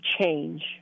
change